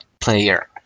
player